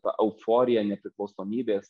ta euforija nepriklausomybės